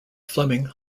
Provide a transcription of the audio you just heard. fleming